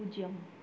பூஜ்ஜியம்